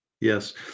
Yes